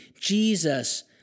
Jesus